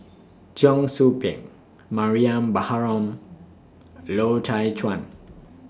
Cheong Soo Pieng Mariam Baharom Loy Chye Chuan